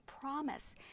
promise